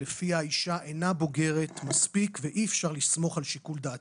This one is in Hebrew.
לפיה האישה אינה בוגרת מספיק ואי אפשר לסמוך על שיקול דעתה.